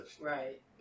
Right